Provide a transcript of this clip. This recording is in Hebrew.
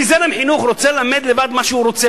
אם זרם חינוך רוצה ללמד לבד מה שהוא רוצה,